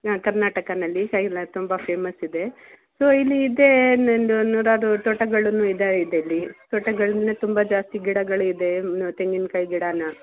ಹಾಂ ಕರ್ನಾಟಕನಲ್ಲಿ ಸೈರ್ಳ ತುಂಬ ಫೇಮಸ್ ಇದೆ ಸೊ ಇಲ್ಲಿ ಇದೇ ಇನ್ನೊಂದು ನೂರಾರು ತೋಟಗಳನ್ನು ಇದೆ ಇದೆಲ್ಲಿ ತೋಟಗಳನ್ನ ತುಂಬ ಜಾಸ್ತಿ ಗಿಡಗಳಿದೆ ತೆಂಗಿನ ಕಾಯಿ ಗಿಡನ